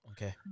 Okay